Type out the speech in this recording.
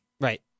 Right